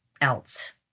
else